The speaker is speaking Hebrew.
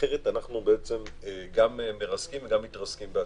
אחרת אנחנו גם מרסקים וגם מתרסקים בעצמנו.